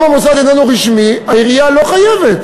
אם המוסד איננו רשמי, העירייה לא חייבת.